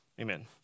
Amen